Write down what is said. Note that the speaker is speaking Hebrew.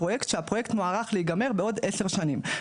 הפרויקט כשהפרויקט מוערך להיגמר בעוד עשר שנים,